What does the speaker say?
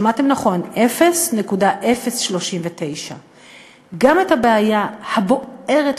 שמעתם נכון: 0.039. גם את הבעיה הבוערת,